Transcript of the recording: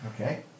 Okay